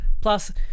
Plus